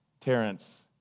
Terrence